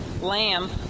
lamb